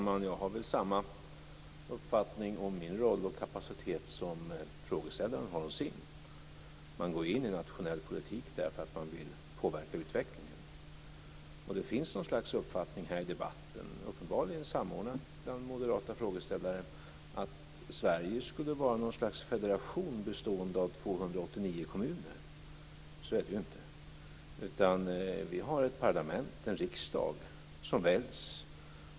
Fru talman! Jag har samma uppfattning om min roll och kapacitet som frågeställaren har om sin. Man går in i nationell politik därför att man vill påverka utvecklingen. Det finns något slags uppfattning här i debatten, uppenbarligen samordnad bland moderata frågeställare, att Sverige skulle vara något slags federation bestående av 289 kommuner. Så är det ju inte. Vi har ett parlament, en riksdag, som väljs.